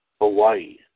Hawaii